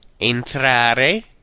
Entrare